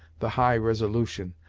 the high resolution,